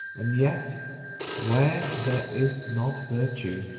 and yet where there is not virtue,